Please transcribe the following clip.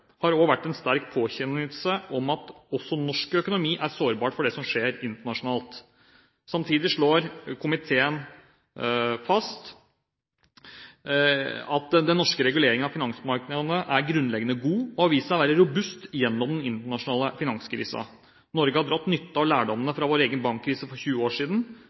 har også vært en sterk påminnelse om at også norsk økonomi er sårbar for det som skjer internasjonalt. Samtidig slår komiteen fast at den norske reguleringen av finansmarkedene er grunnleggende god og har vist seg å være robust gjennom den internasjonale finanskrisen. Norge har dratt nytte av lærdommene fra vår egen bankkrise for 20 år siden.